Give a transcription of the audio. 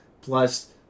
plus